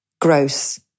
gross